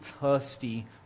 thirsty